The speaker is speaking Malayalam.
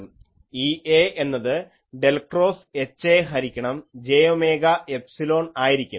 EAഎന്നത് ഡെൽ ക്രോസ് HAഹരിക്കണം j ഒമേഗാ എഫ്സിലോൺ ആയിരിക്കും